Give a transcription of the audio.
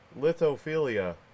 Lithophilia